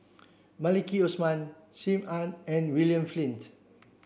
Maliki Osman Sim Ann and William Flint